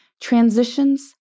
Transitions